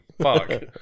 fuck